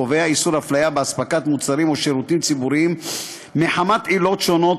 קובע איסור הפליה באספקת מוצרים או שירותים ציבוריים מחמת עילות שונות,